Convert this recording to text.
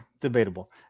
debatable